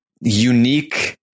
unique